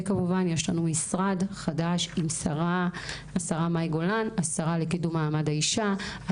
וכמובן יש לנו משרד חדש עם שרה לקידום מעמד האישה,